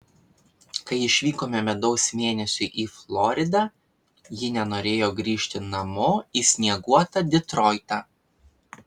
kai išvykome medaus mėnesiui į floridą ji nenorėjo grįžti namo į snieguotą detroitą